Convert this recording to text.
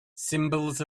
symbols